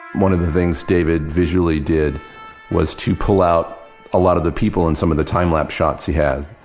one of the things david visually did was to pull out a lot of the people in some of the time-lapse shot he has.